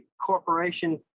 corporation